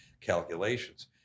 Calculations